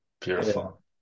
Beautiful